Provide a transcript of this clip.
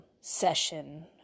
session